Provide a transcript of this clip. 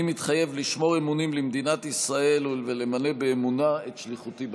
אני מתחייב לשמור אמונים למדינת ישראל ולמלא באמונה את שליחותי בכנסת.